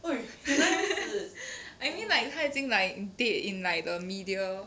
I mean like 他已经 like dead in like in the media